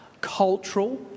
cultural